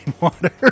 water